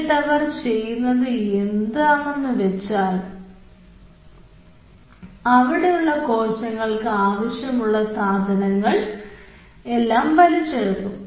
എന്നിട്ടവർ എന്താണ് ചെയ്യുന്നത് എന്ന് വെച്ചാൽ അവിടെയുള്ള കോശങ്ങൾക്ക് ആവശ്യമുള്ള സാധനങ്ങൾ എല്ലാം വലിച്ചെടുക്കും